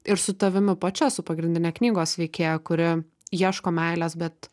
ir su tavimi pačia su pagrindine knygos veikėja kuri ieško meilės bet